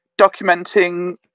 documenting